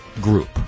group